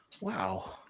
wow